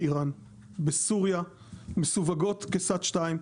באיראן, בסוריה, מסווגות -- שתיים.